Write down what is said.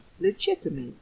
legitimate